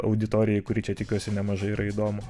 auditorijai kuri čia tikiuosi nemaža yra įdomu